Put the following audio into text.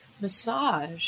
massage